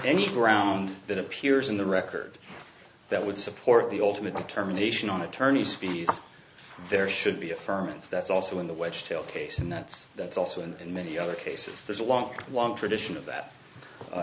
around that appears in the record that would support the ultimate determination on attorneys fees there should be a firm and that's also in the wedge tail case and that's that's also in many other cases there's a long long tradition of that